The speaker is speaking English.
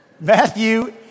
Matthew